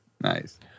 Nice